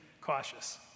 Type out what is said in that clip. cautious